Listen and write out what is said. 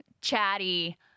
chatty